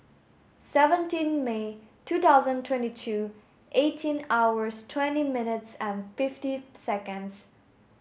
seventeen May two thousand twenty two eighteen hours twenty minutes and fifty seconds